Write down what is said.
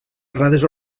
errades